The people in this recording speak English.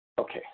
okay